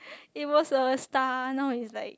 it was a star now is like